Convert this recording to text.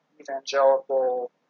evangelical